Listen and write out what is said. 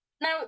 Now